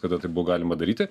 kada tai buvo galima daryti